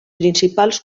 principals